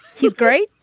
he's great.